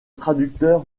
traducteur